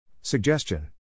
Suggestion